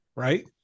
Right